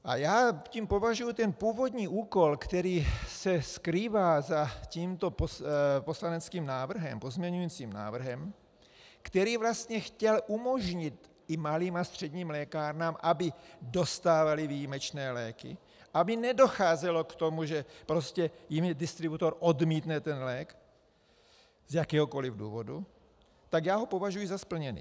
A já tím považuji ten původní úkol, který se skrývá za tímto poslaneckým pozměňujícím návrhem, který vlastně chtěl umožnit i malým a středním lékárnám, aby dostávaly výjimečné léky, aby nedocházelo k tomu, že prostě jim distributor odmítne ten lék z jakéhokoli důvodu, tak já ho považuji za splněný.